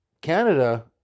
Canada